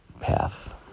path